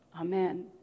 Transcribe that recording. amen